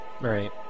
Right